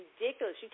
ridiculous